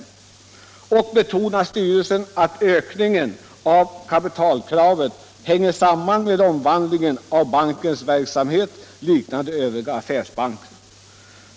Styrelsen betonar att ökningen av kapitalkravet hänger samman med omvandlingen av bankens verksamhet så att den liknar övriga affärsbankers.